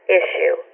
issue